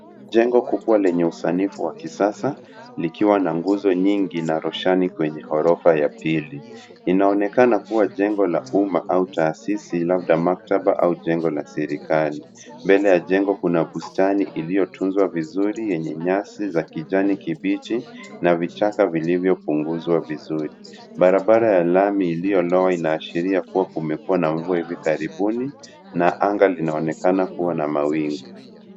Jengo kubwa lenye usanifu wa kisasa likiwa na nguzo nyingi na roshani kwenye ghorofa ya pili. Inaonekana kuwa jengo la umma au taasisi labda maktaba au jengo la serikali. Mbele ya jengo kuna bustani iliyotunzwa vizuri yenye nyasi za kijani kibichi na vichaka vilivyopunguzwa vizuri. Barabara ya lami iliyolowa inaashiria kuwa kumekuwa na mvua hivi karibuni na anga linaonekana kuwa na mawingu.